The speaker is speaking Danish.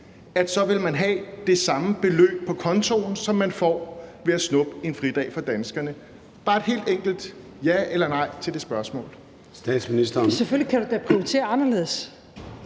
så ville man have det samme beløb på kontoen, som man får ved at snuppe en fridag fra danskerne? Jeg beder bare om et helt enkelt ja eller nej til det spørgsmål.